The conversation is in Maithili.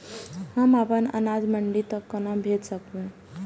हम अपन अनाज मंडी तक कोना भेज सकबै?